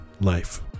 life